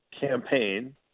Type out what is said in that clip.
campaign